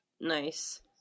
nice